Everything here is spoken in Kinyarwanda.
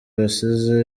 basize